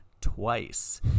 Twice